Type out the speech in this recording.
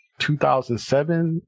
2007